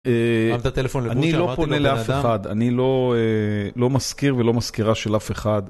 אני לא פונה לאף אחד, אני לא מזכיר ולא מזכירה של אף אחד.